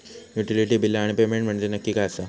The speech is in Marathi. युटिलिटी बिला आणि पेमेंट म्हंजे नक्की काय आसा?